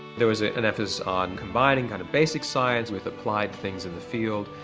there was an emphasis on combining kind of basic science with applied things in the field.